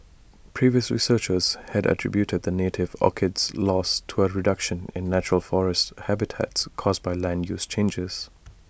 previous researchers had attributed the native orchid's loss to A reduction in natural forest habitats caused by land use changes